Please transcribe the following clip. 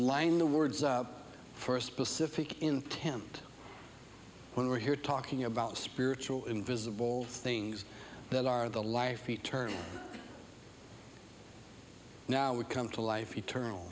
line the words up for a specific intent when we're here talking about spiritual invisible things that are the life eternal now we come to life eternal